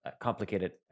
complicated